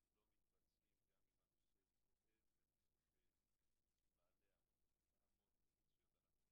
לא מתפרצים גם אם הנושא הוא כואב ונושא שמעלה המון אמוציות.